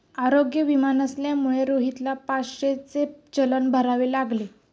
आरोग्य विमा नसल्यामुळे रोहितला पाचशेचे चलन भरावे लागले